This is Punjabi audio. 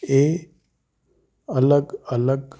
ਇਹ ਅਲੱਗ ਅਲੱਗ